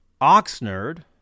Oxnard